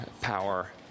power